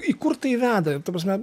į kur tai veda ta prasme